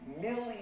million